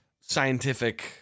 scientific